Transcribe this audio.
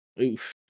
Oof